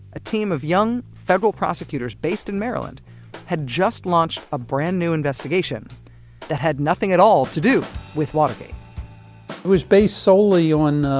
a team of young, federal prosecutors based in maryland had just launched a brand new investigation that had nothing at all to do with watergate it was based solely on,